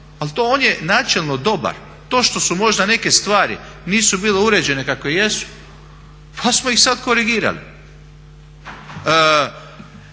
ali on je načelno dobar. To što možda neke stvari nisu bile uređene kako jesu pa smo ih sada korigirali.